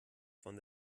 von